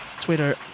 Twitter